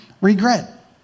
regret